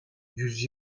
yüz